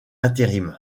intérim